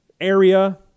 area